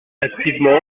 activement